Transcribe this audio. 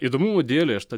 įdomumo dėlei aš tą